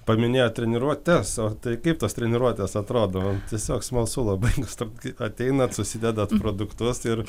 paminėjot treniruotes o tai kaip tos treniruotės atrodo tiesiog smalsu labai mėgstu kai ateinat susidedat produktus ir